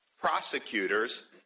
Prosecutors